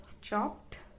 chopped